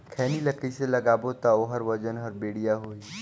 खैनी ला कइसे लगाबो ता ओहार वजन हर बेडिया होही?